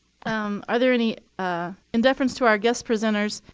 um are there any in deference to our guest presenters,